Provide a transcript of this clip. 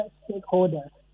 stakeholders